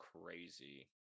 crazy